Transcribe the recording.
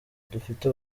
dufite